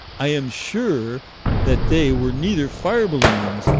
i am sure that they were neither fire balloons,